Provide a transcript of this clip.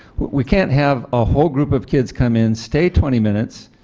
we can't have a whole group of kids come in, stay twenty minutes,